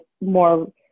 more